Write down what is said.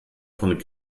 von